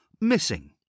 Missing